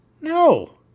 No